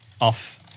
off